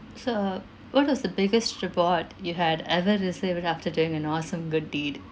so what was the biggest reward you had ever received after doing an awesome good deed